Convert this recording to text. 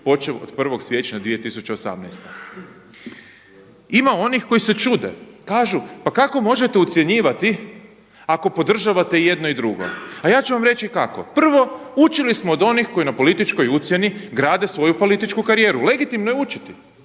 počev od 1. siječnja 2018. Ima onih koji se čude, kažu pa kako možete ucjenjivati ako podržavate i jedno i drugo a ja ću vam reći kako. Prvo, učili smo od onih koji na političkoj ucjeni grade svoju političku karijeru, legitimno je učiti.